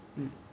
mm